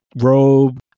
robe